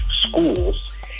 schools